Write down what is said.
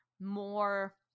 more